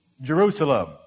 Jerusalem